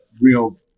real